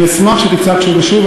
אני אשמח שתצעק שוב ושוב.